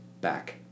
back